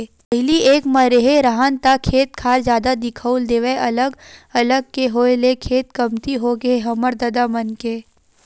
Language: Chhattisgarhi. पहिली एक म रेहे राहन ता खेत खार जादा दिखउल देवय अलग अलग के होय ले खेत कमती होगे हे हमर ददा मन के